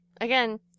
Again